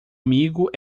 amigo